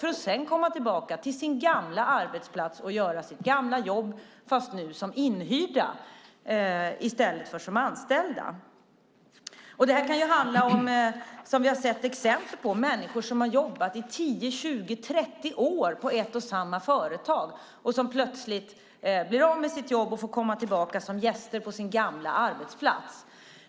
De kommer sedan tillbaka till sin gamla arbetsplats och gör sitt gamla jobb som inhyrda i stället för som anställda. Som vi har sett exempel på kan det handla om människor som har jobbat i 10, 20 eller 30 år på samma företag. De blir plötsligt av med sitt jobb och får komma tillbaka som gäster på sin gamla arbetsplats.